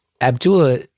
Abdullah